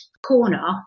Corner